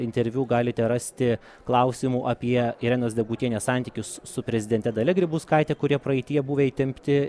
interviu galite rasti klausimų apie irenos degutienės santykius su prezidente dalia grybauskaite kurie praeityje buvę įtempti